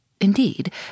Indeed